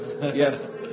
Yes